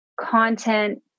content